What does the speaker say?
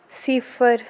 सिफर